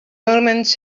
omens